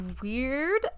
weird